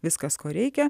viskas ko reikia